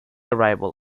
arrival